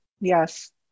Yes